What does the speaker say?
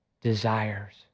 desires